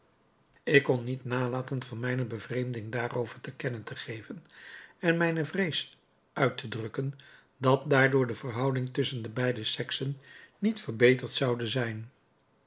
ik kon niet nalaten van mijne bevreemding daarover te kennen te geven en mijne vrees uittedrukken dat daardoor de verhouding tusschen de beiden seksen niet verbeterd zoude zijn